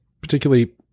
particularly